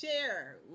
Share